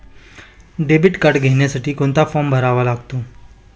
Debit card घेण्यासाठी कोणता form भरावा लागतो?